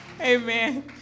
Amen